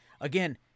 again